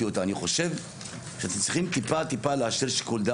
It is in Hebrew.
אני חושב שאתם צריכים טיפה להשאיר שיקול דעת.